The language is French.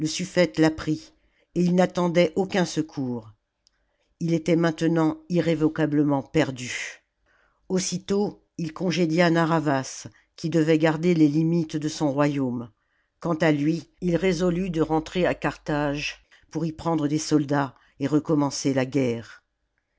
suffete l'apprit et il n'attendait aucun secours ii était maintenant irrévocablement perdu aussitôt il congédia narr'havas qui devait garder les limites de son royaume quant à lui il résolut de rentrer à carthage pour y prendre des soldats et recommencer la guerre